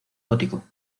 gótico